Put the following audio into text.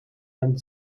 and